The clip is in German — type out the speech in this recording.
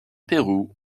peru